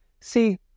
see